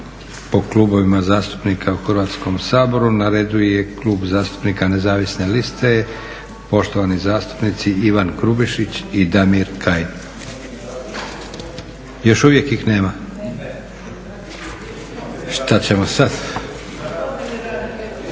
po klubovima zastupnika u Hrvatskom saboru. Na redu je Klub zastupnike Nezavisne liste i poštovani zastupnici Ivan Grubišić i Damir Kajin. Još uvijek ih nema. Klub HSU-a